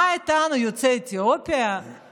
מה איתנו, יוצאי אתיופיה?